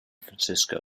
francisco